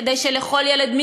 כדי שלכל ילד,